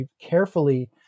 carefully